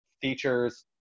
features